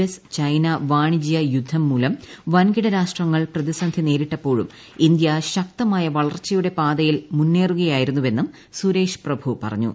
S China വാണിജ്യ യുദ്ധം മൂലം വൻകിട രാഷ്ട്രങ്ങൾ പ്രതിസന്ധി നേരിട്ടപ്പോഴും ഇന്ത്യ ശക്തമായ വളർച്ചയുടെ പാതയിൽ മുന്നേറുകയായിരുന്നുവെന്നും സുരേഷ് പ്രഭു പറഞ്ഞു